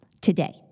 today